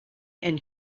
and